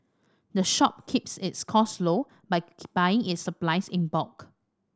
the shop keeps its costs low by buying its supplies in bulk